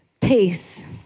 Peace